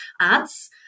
ads